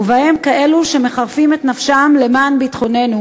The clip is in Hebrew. ובהם כאלה שמחרפים את נפשם למען ביטחוננו,